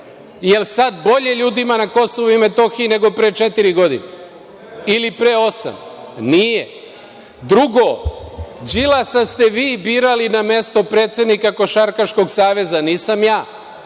Jel sad bolje ljudima na Kosovu i Metohiji nego pre četiri ili pre osam godina? Nije. Drugo, Đilasa ste vi birali na mesto predsednika Košarkaškog saveza, nisam ja,